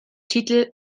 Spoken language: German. titel